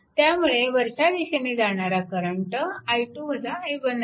त्यामुळे वरच्या दिशेने जाणारा करंट आहे